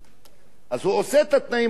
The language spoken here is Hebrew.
אז הוא עושה את התנאים המוקדמים כדי